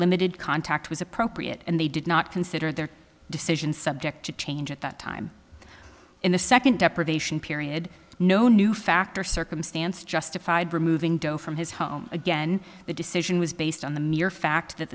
limited contact was appropriate and they did not consider their decisions subject to change at that time in the second deprivation period no new factor circumstance justified removing dough from his home again the decision was based on the mere fact that